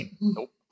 Nope